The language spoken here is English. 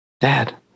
dad